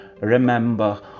Remember